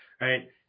right